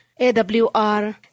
AWR